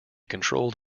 controlled